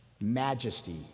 Majesty